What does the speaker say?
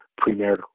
premarital